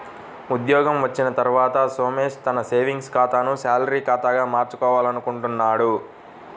ఉద్యోగం వచ్చిన తర్వాత సోమేష్ తన సేవింగ్స్ ఖాతాను శాలరీ ఖాతాగా మార్చుకోవాలనుకుంటున్నాడు